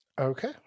Okay